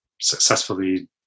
successfully